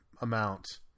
amount